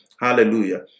Hallelujah